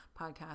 podcast